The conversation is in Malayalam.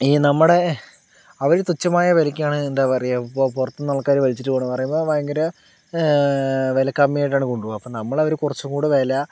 ഈ നമ്മുടെ അവരുടെ തുച്ഛമായ വിലയ്ക്കാണ് എന്താ പറയുക പുറത്തുനിന്നും ആൾക്കാര് വലിച്ചിട്ടു പോവണതെന്ന് പറയുമ്പോൾ ഭയങ്കര വില കമ്മി ആയിട്ടാണ് കൊണ്ടു പോവുക അപ്പോൾ നമ്മള് കുറച്ചുകൂടെ വില